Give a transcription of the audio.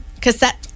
cassette